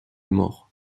morts